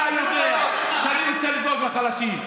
אתה יודע שאני רוצה לדאוג לחלשים.